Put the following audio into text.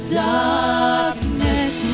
darkness